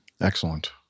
Excellent